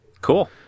Cool